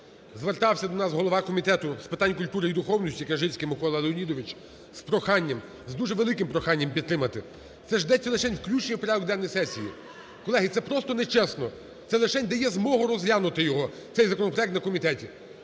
Звертався до нас голова Комітету з питань культури і духовностіКняжицький Микола Леонідович з проханням, з дуже великим проханням підтримати. Це ж йдеться лишень включення в порядок денний сесії! Колеги, це просто нечесно. Це лишень дає змогу розглянути його, цей законопроект на комітеті.